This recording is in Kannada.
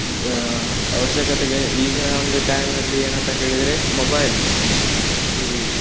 ಆವಶ್ಯಕತೆಗೆ ಈಗಿನ ಒಂದು ಟೈಮಿನಲ್ಲಿ ಏನಂತ ಕೇಳಿದರೆ ಮೊಬೈಲ್ ಈ